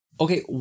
Okay